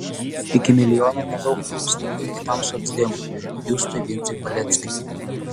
iki milijono nedaug trūksta ir kitam socdemui justui vincui paleckiui